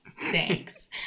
Thanks